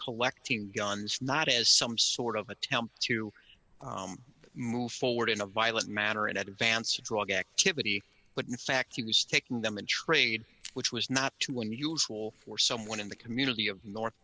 collecting guns not as some sort of attempt to move forward in a violent manner in advance of drug activity but in fact he was taking them in trade which was not too unusual for someone in the community of north